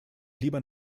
lieber